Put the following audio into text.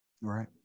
Right